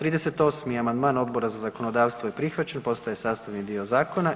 38. amandman Odbora za zakonodavstvo je prihvaćen, postaje sastavni dio zakona.